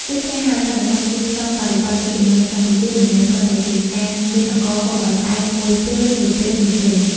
ដូច្នេះហើយ សន្តិសុខស្បៀងក្នុងបរិបទទឹកជំនន់នៅកម្ពុជា មិនមែនគ្រាន់តែជាការមានអង្ករហូបឱ្យឆ្អែតមួយពេលៗនោះទេ។